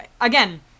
again